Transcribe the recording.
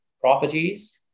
properties